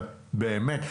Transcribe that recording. באמת,